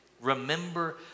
Remember